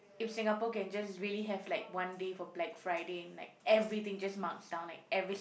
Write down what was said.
if Singapore can just really have like one day for Black-Friday and like everything just marks down like every si~